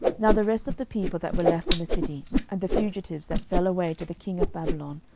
now the rest of the people that were left in the city, and the fugitives that fell away to the king of babylon,